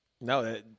no